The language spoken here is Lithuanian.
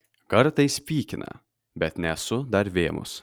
kartais pykina bet nesu dar vėmus